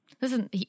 Listen